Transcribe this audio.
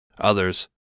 Others